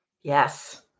Yes